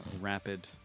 rapid